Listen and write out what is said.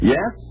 Yes